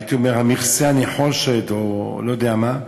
הייתי אומר, מכסה הנחושת או לא יודע מה,